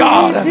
God